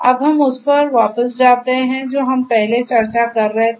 अब हम उस पर वापस जाते हैं जो हम पहले चर्चा कर रहे थे